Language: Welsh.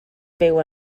byw